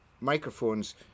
microphones